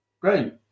Great